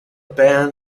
band